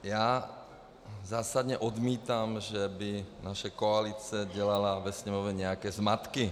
Já zásadně odmítám, že by naše koalice dělala ve Sněmovně nějaké zmatky.